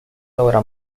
logra